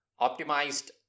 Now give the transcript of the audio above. optimized